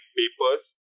papers